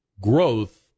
growth